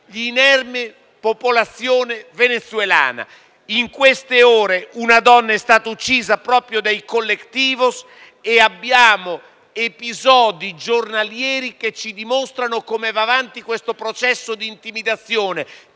In queste ore una donna è stata uccisa proprio dai *colectivos* e abbiamo episodi giornalieri che ci dimostrano come va avanti questo processo di intimidazione,